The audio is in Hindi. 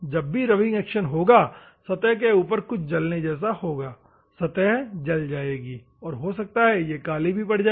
जब भी रब्बिंग एक्शन होगा सतह के ऊपर कुछ जलने जैसा होगा सतह जल जाएगी और हो सकता यह काली भी पड़ जाए